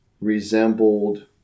resembled